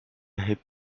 hep